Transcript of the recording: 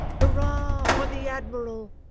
hurrah for the admiral